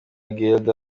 guelda